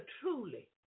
truly